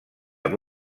amb